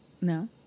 No